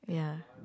ya